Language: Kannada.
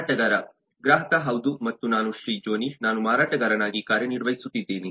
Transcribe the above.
ಮಾರಾಟಗಾರ ಗ್ರಾಹಕ ಹೌದು ಮತ್ತು ನಾನು ಶ್ರೀಜೋನಿ ನಾನು ಮಾರಾಟಗಾರನಾಗಿ ಕಾರ್ಯನಿರ್ವಹಿಸುತ್ತಿದ್ದೇನೆ